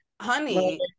Honey